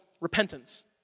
repentance